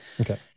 Okay